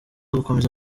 gukomeza